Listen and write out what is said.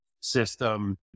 system